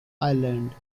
island